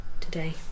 today